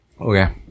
Okay